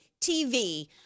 TV